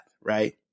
right